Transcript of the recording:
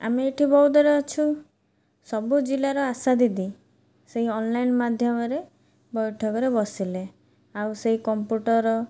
ଆମେ ଏଠି ବୌଦ୍ଧରେ ଅଛୁ ସବୁ ଜିଲ୍ଲାର ଆଶା ଦିଦି ସେହି ଅନ୍ଲାଇନ୍ ମାଧ୍ୟମରେ ବୈଠକରେ ବସିଲେ ଆଉ ସେହି କମ୍ପ୍ୟୁଟର